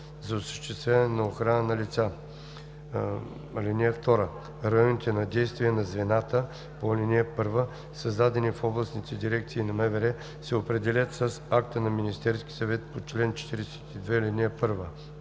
за осъществяване на охрана на лица. (2) Районите на действие на звената по ал. 1, създадени в областните дирекции на МВР, се определят с акта на Министерския съвет по чл. 42, ал. 1.